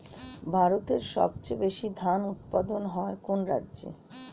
ভারতের সবচেয়ে বেশী ধান উৎপাদন হয় কোন রাজ্যে?